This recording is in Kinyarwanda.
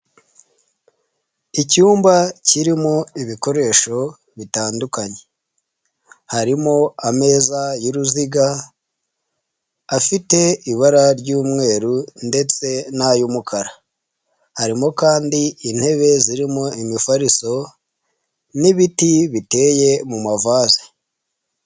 Icyumba kirimo ibikoresho bitandukanye, harimo ameza y'uruziga afite ibara ry'umweru ndetse nay'umukara, harimo kandi intebe zirimo imifariso n'ibiti biteye mu ma vase.